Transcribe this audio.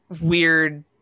weird